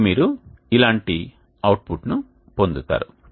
అప్పుడు మీరు ఇలాంటి అవుట్పుట్ ని పొందుతారు